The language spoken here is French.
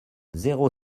zéro